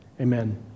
amen